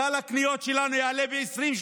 סל הקניות שלנו יעלה ב-20%,